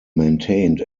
maintained